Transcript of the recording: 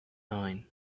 nine